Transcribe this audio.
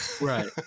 right